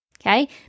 Okay